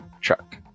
truck